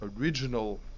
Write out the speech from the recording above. original